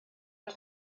att